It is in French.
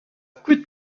coups